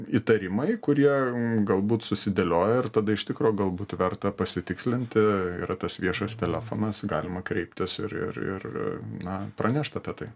įtarimai kurie galbūt susidėlioja ir tada iš tikro galbūt verta pasitikslinti yra tas viešas telefonas galima kreiptis ir ir ir na pranešt apie tai